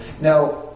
Now